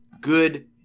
good